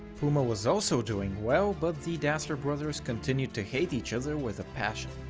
puma was also doing well, but the dassler brothers continued to hate each other with a passion.